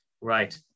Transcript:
Right